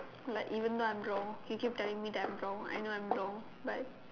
like even though I'm wrong he keep telling me that I'm wrong I know I'm wrong but